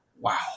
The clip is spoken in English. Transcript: Wow